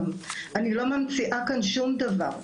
אני לא ממציאה כאן שום דבר.